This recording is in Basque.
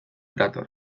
dator